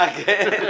אה, כן?